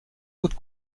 haute